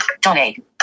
Donate